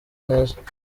neza